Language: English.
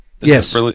Yes